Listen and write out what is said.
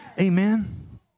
Amen